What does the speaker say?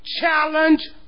challenge